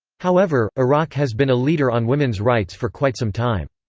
however, iraq has been a leader on women's rights for quite some time.